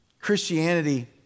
Christianity